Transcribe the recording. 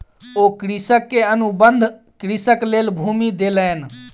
ओ कृषक के अनुबंध कृषिक लेल भूमि देलैन